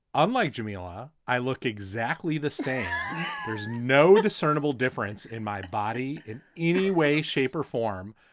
unlike jamila, i look exactly the same there's no discernible difference in my body in any way, shape or form.